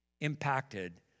impacted